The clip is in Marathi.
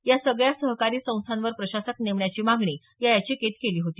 या सगळ्या सहकारी संस्थांवर प्रशासक नेमण्याची मागणी या याचिकेत केली होती